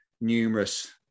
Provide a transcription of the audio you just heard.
numerous